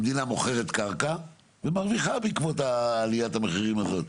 המדינה מוכרת קרקע ומרוויחה בעקבות עליית המחירים הזאת.